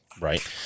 Right